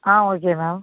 ah okay ma'am